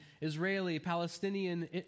Israeli-Palestinian